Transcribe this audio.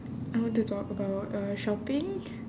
I want to talk about uh shopping